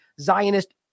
Zionist